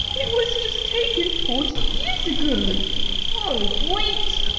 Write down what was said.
it was just taken forty years ago oh great!